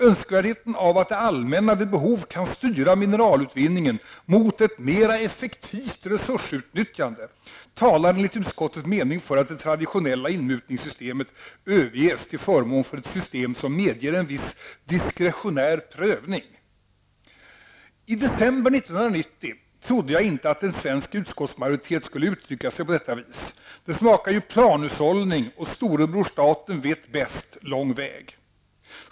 Önskvärdheten av att det allmänna vid behov kan styra mineralutvinningen mot ett mera effektivt resursutnyttjande talar enligt utskottets mening för att det traditionella inmutningssystemet överges till förmån för ett system som medger en viss diskretionär prövning.'' I december 1990 trodde jag inte att en svensk utskottsmajoritet skulle uttrycka sig på detta vis. Det smakar ju ''planhushållning'' och ''storebror staten vet bäst'' lång väg.